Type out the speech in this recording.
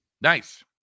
Nice